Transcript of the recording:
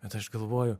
bet aš galvoju